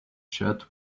shirt